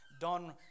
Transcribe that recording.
Don